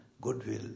goodwill